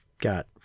got